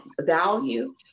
value